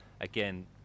again